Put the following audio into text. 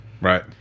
Right